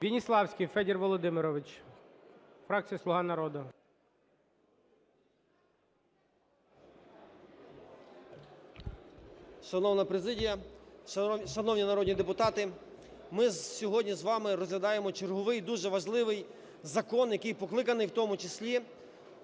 Веніславський Федір Володимирович, фракція "Слуга народу". 16:34:08 ВЕНІСЛАВСЬКИЙ Ф.В. Шановна президія, шановні народні депутати, ми сьогодні з вами розглядаємо черговий дуже важливий закон, який покликаний в тому числі